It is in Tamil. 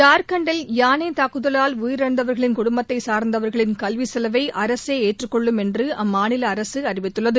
ஜார்க்கண்டில் யானை தாக்குதவால் உயிரிழந்தவர்களின் குடும்பத்தைச் சார்ந்தவர்களின் கல்விச் செலவை அரசே ஏற்றுக் கொள்ளும் என்று அம்மாநில அரசு அறிவித்துள்ளது